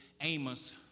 Amos